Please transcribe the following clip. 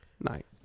night